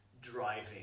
driving